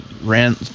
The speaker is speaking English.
ran